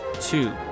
Two